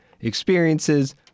experiences